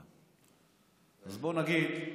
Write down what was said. אז בואו נגיד,